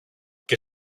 και